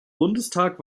bundestag